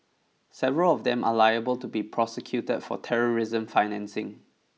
several of them are liable to be prosecuted for terrorism financing